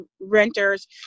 renters